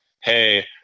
Hey